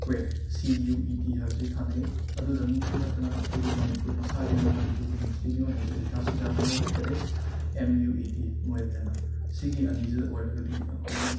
ꯀ꯭ꯋꯦꯠ C U E T ꯍꯥꯏꯕꯁꯤ ꯊꯥꯅꯩ ꯑꯗꯨꯗꯪꯁꯨ ꯅꯠꯇꯅ ꯑꯩꯈꯣꯏꯒꯤ ꯃꯥꯅꯤꯄꯨꯔ ꯃꯁꯥꯒꯤ ꯑꯣꯏꯅ ꯃꯅꯤꯄꯨꯔ ꯌꯨꯅꯤꯕꯔꯁꯤꯇꯤꯒꯤ ꯑꯣꯏꯅꯁꯨ ꯑꯦꯟꯇ꯭ꯔꯥꯟꯁ ꯑꯦꯛꯖꯥꯝ ꯑꯃ ꯂꯩ that is M U E T ꯃꯨꯏꯠ ꯍꯥꯏꯅ ꯑꯁꯤꯒꯤ ꯑꯅꯤꯁꯤꯗ ꯑꯣꯏꯔꯒꯗꯤ ꯑꯩꯈꯣꯏꯅ